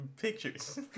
pictures